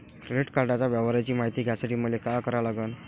Credit कार्डाच्या व्यवहाराची मायती घ्यासाठी मले का करा लागन?